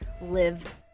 live